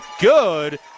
good